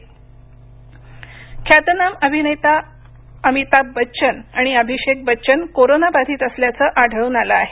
अमिताभ ख्यातनाम अभिनेता अमिताभ बच्चन आणि अभिषेक बच्चन कोरोना बाधित असल्याचं आढळून आलं आहे